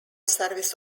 service